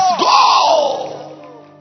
go